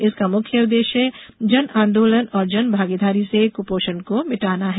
इसका मुख्य उद्देश्य जन आंदोलन और जनभागीदारी से क्पोषण को मिटाना है